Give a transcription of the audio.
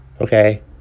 okay